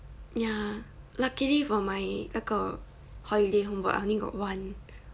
ya luckily for my 那个 holiday homework I only got one